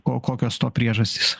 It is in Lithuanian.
ko kokios to priežastys